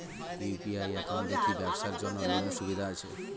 UPI একাউন্টে কি ব্যবসার জন্য লোনের সুবিধা আছে?